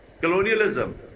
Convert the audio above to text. colonialism